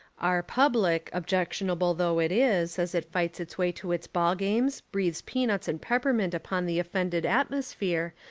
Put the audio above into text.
our public, objectionable though it is, as it fights its way to its ball games, breathes peanuts and peppermint upon the offended at mosphere,